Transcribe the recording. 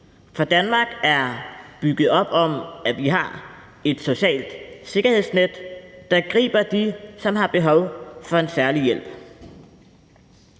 for Danmark er bygget op om, at vi har et socialt sikkerhedsnet, der griber dem, som har behov for en særlig hjælp.